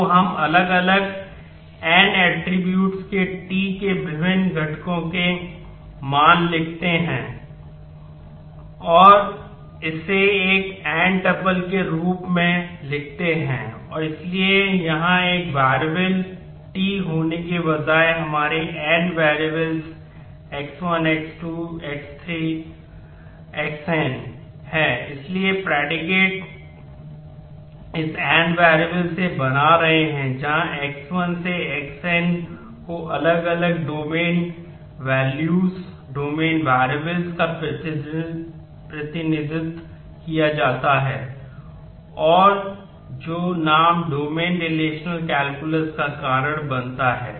तो हम अलग अलग n ऐट्रिब्यूट्स का कारण बनता है